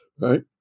right